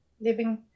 living